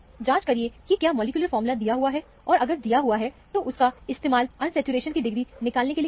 जांच करिए कि क्या मॉलिक्यूलर फार्मूला दिया हुआ है और अगर दिया हुआ है तो उसका इस्तेमाल अनसैचुरेशन की डिग्री निकालने के लिए करिए